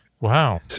Wow